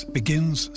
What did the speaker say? begins